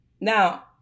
Now